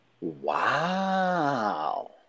Wow